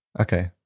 Okay